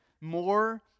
more